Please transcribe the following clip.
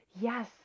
Yes